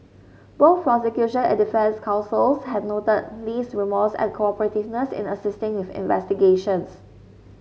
both prosecution and defence counsels had noted Lee's remorse and cooperativeness in assisting if investigations